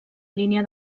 línia